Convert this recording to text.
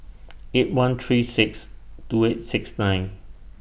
eight one three six two eight six nine